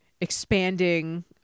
expanding